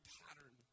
pattern